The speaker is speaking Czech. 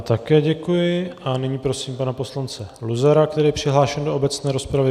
Také děkuji a nyní prosím pana poslance Luzara, který je přihlášen do obecné rozpravy.